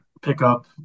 pickup